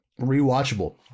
Rewatchable